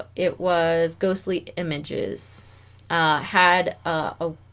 it was ghostly images had a